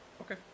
okay